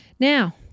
Now